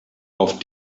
auf